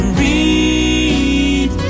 read